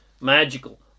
magical